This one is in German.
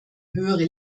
höhere